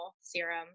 serum